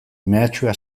mehatxua